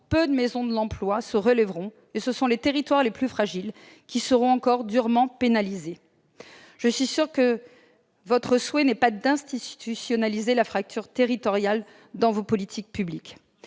peu de maisons de l'emploi se relèveront, et les territoires les plus fragiles seront encore durement pénalisés. Je suis certaine que votre souhait n'est pas d'institutionnaliser la fracture territoriale dans vos politiques publiques.